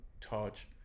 touch